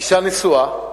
אשה נשואה,